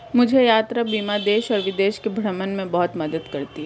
मुझे यात्रा बीमा देश और विदेश के भ्रमण में बहुत मदद करती है